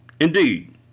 Indeed